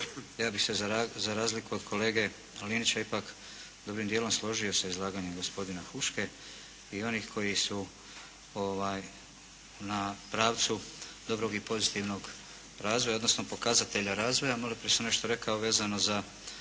Ja bih se za razliku od kolege Linića ipak dobrim djelom složio sa izlaganjem gospodina Huške i onih koji su na pravcu dobrog i pozitivnog razvoja odnosno pokazatelja razvoja.